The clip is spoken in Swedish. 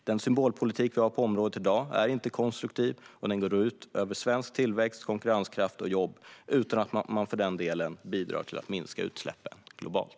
Den symbolpolitik vi har på området i dag är inte konstruktiv, och den går ut över svensk tillväxt, konkurrenskraft och jobb utan att man för den delen bidrar till att minska utsläppen globalt.